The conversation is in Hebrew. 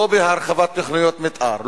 לא בהרחבת תוכניות מיתאר,